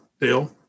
Dale